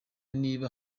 niba